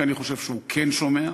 כי אני חושב שהוא כן שומע,